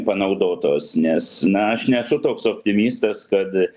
panaudotos nes na aš nesu toks optimistas kad